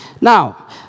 Now